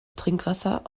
trinkwasser